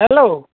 hello